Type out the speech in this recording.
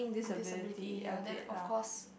disability ah then of course